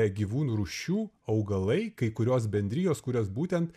gyvūnų rūšių augalai kai kurios bendrijos kurios būtent